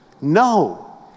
No